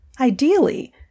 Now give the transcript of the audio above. Ideally